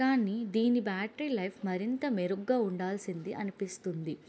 కానీ దీని battery life మరింత మెరుగ్గా ఉండాల్సింది అనిపిస్తుంది